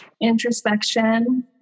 introspection